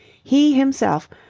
he himself,